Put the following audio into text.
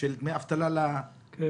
על דמי אבטלה לעצמאים